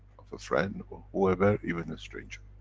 of a friend or whoever, even a stranger.